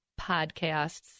podcasts